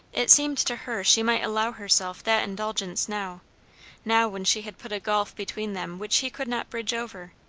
it seemed to her she might allow herself that indulgence now now when she had put a gulf between them which he could not bridge over,